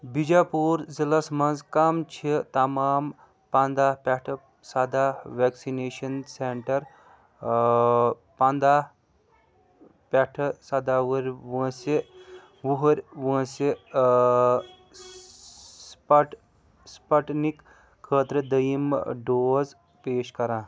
بِجاپوٗر ضلعس مَنٛز کَم چھِ تمام پَنٛداہ پٮ۪ٹھ سَداہ ویٚکسِنیشن سیٚنٹر ٲں پَنٛداہ پٮ۪ٹھ سَداہ وُہُرۍ وٲنٛسہِ وُہُرۍ وٲنٛسہِ ٲں سٕپَٹنٕکۍ خٲطرٕ دوٚیُم ٲں ڈوز پیش کران